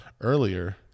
earlier